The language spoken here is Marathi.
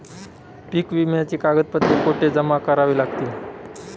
पीक विम्याची कागदपत्रे कुठे जमा करावी लागतील?